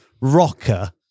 Rocker